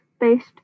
based